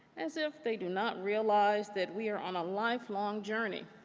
as if they do not realize that we are on a lifelong journey,